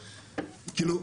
כאילו,